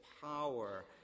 power